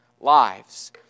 lives